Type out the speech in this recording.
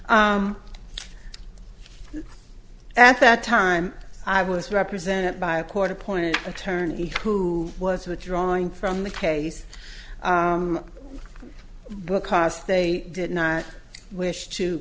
at that time i was represented by a court appointed attorney who was withdrawing from the case because they did not wish to